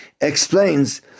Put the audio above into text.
explains